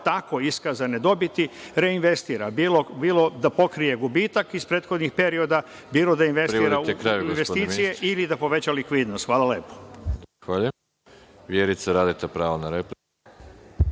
tako iskazane dobiti reinvestira, bilo da pokrije gubitak iz prethodnih perioda, bilo da investira u investicije ili da poveća likvidnost. Hvala lepo. **Veroljub Arsić** Zahvaljujem.